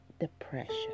depression